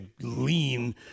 lean